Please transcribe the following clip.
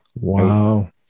Wow